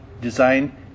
design